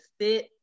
sit